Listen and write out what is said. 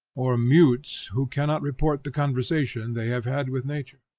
or mutes, who cannot report the conversation they have had with nature.